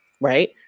right